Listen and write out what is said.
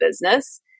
business